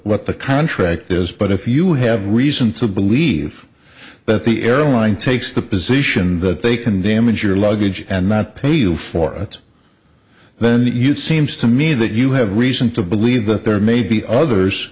what the contract is but if you have reason to believe that the airline takes the position that they can damage your luggage and not pay you for it then you seems to me that you have reason to believe that there may be others